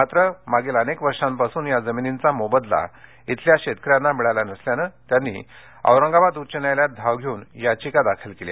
मात्र मागील अनेक वर्षापासून जमिनीचा मोबदला येथील शेतकऱ्यांना मिळाला नसल्यानं शेतकऱ्यांनी औरंगाबाद उच्च न्यायालयात धाव घेऊन याचिका दाखल केली